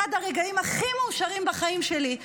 אחד הרגעים הכי מאושרים בחיים שלי היה